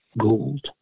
gold